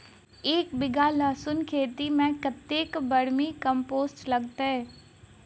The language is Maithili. एक बीघा लहसून खेती मे कतेक बर्मी कम्पोस्ट लागतै?